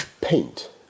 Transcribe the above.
paint